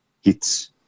hits